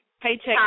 paycheck